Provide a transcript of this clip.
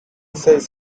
says